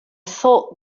thought